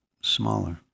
Smaller